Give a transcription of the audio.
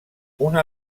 una